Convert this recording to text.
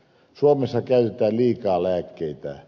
suomessa käytetään liikaa lääkkeitä